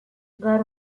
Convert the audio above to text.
gaur